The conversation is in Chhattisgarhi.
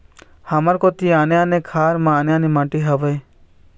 हमर कोती आने आने खार म आने आने माटी हावे?